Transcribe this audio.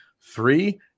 Three